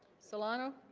solano